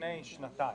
לפני שנתיים.